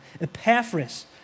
Epaphras